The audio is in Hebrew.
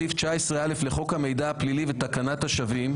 סעיף 19(א) לחוק המידע הפלילי ותקנת השבים,